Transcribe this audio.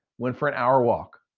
went for an hour walk.